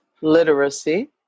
literacy